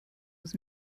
was